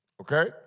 Okay